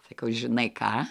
sakau žinai ką